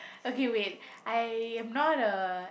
okay wait I am not a